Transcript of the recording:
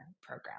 program